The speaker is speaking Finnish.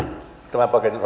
tämän paketin